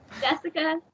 Jessica